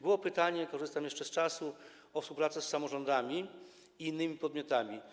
Było pytanie - korzystam jeszcze z tego, że mam czas - o współpracę z samorządami i innymi podmiotami.